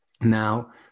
Now